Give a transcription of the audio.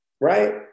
right